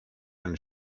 and